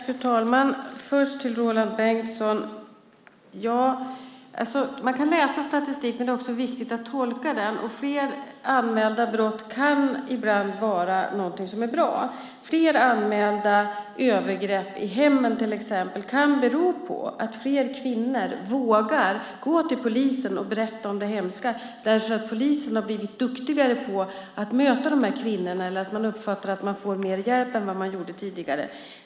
Fru talman! Låt mig först vända mig till Roland Bäckman. Man kan läsa statistik, men det är också viktigt att tolka den. Fler anmälda brott kan ibland vara någonting bra. Till exempel kan fler anmälda övergrepp i hemmen bero på att fler kvinnor vågar gå till polisen och berätta om det hemska därför att polisen blivit duktigare på att möta dessa kvinnor eller för att kvinnorna uppfattar att de får mer hjälp än tidigare.